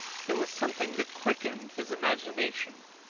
there was something that quickened his imagination.